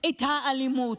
את האלימות.